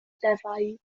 defaid